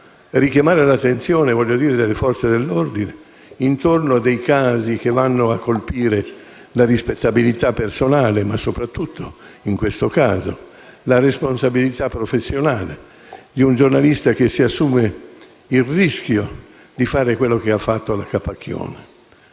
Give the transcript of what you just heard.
richiamare l'attenzione delle Forze dell'ordine intorno a dei casi che vanno a colpire la rispettabilità personale ma soprattutto, in questo caso, la responsabilità professionale di un giornalista che si assume il rischio di fare quello che ha fatto la senatrice